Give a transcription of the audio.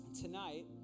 Tonight